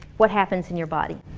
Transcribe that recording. what happens in your body?